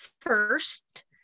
first